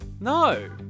no